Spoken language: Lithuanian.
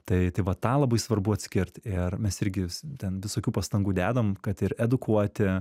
tai tai va tą labai svarbu atskirt ir mes irgi ten visokių pastangų dedam kad ir edukuoti